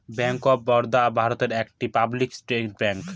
bank of Baroda ভারতের একটি public sector bank